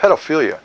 pedophilia